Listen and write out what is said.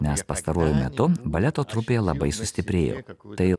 nes pastaruoju metu baleto trupė labai sustiprėjo tai